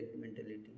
mentality